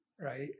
Right